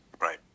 Right